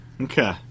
Okay